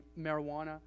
marijuana